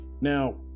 Now